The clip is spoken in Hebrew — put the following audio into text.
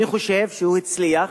אני חושב שהוא הצליח